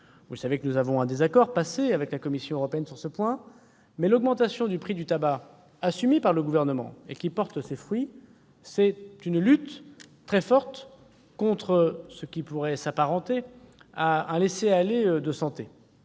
dans le passé, nous avons eu un désaccord avec la Commission européenne sur ce point. Mais l'augmentation du prix du tabac, assumée par le Gouvernement et qui porte ses fruits, vise à lutter très fermement contre ce qui pourrait s'apparenter à un laisser-aller en